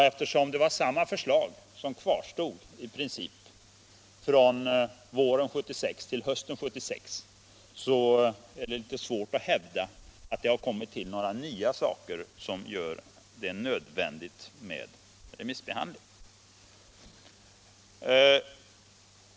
Eftersom i princip samma förslag kvarstod från våren 1976 till hösten 1976, är det litet svårt att hävda att det har tillkommit något nytt som gör en remissbehandling nödvändig.